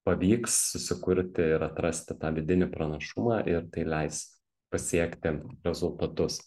pavyks susikurti ir atrasti tą vidinį pranašumą ir tai leis pasiekti rezultatus